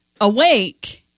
awake